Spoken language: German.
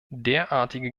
derartige